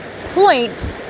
point